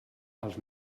als